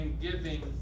giving